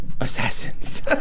assassins